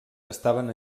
estaven